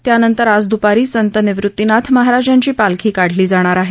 यानंतर आज द्दपारी संत निवृतीनाथ महाराजांची पालखी काढली जाणार आहे